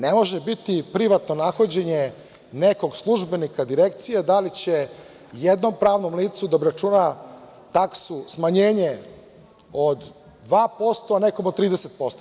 Ne može biti privatno nahođenje nekog službenika, direkcije, da li će jednom pravnom licu da obračuna taksu, smanjenje od 2%, a nekom od 30%